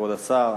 כבוד השר,